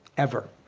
ever.